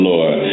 Lord